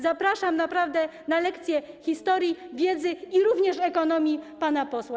Zapraszam naprawdę na lekcję historii, wiedzy, jak również ekonomii pana posła.